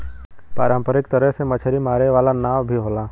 पारंपरिक तरह से मछरी मारे वाला नाव भी होला